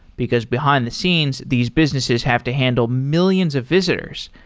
because behind-the scenes, these businesses have to handle millions of visitors.